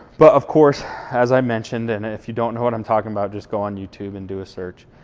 but of course, as i mentioned, and if you don't know what i'm talking about, just go on youtube and do a search.